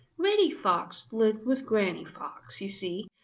reddy fox lived with granny fox. you see,